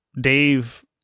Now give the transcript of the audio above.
Dave